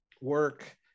work